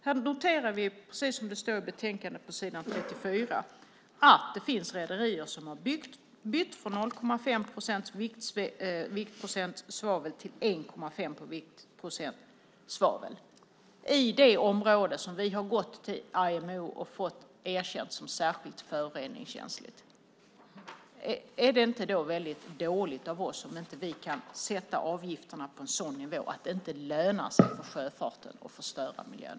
Här noterar vi, precis som det står i betänkandet på s.34, att det finns rederier som har bytt från 0,5 viktprocent svavel till 1,5 viktprocent svavel i det område som vi har gått till IMO och fått erkänt som särskilt föroreningskänsligt. Är det då inte väldigt dåligt av oss om inte vi kan sätta avgifterna på en sådan nivå att det inte lönar sig för sjöfarten att förstöra miljön?